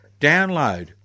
Download